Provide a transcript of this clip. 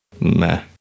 meh